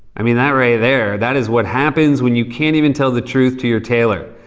i mean, that right there, that is what happens when you can't even tell the truth to your tailor.